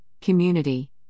community